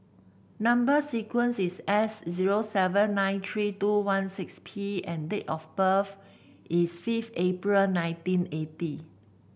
number sequence is S zero seven nine three two one six P and date of birth is fifth April nineteen eighty